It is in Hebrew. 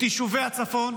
את יישובי הצפון,